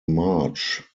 march